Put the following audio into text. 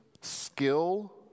skill